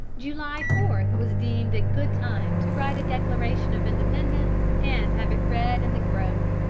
july four was deemed a good time to write a declaration of independence and have it read in the grove.